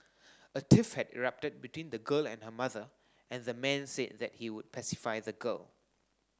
a tiff had erupted between the girl and her mother and the man said that he would pacify the girl